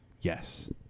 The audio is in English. Yes